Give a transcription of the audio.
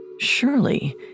Surely